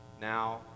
Now